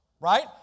right